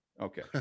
Okay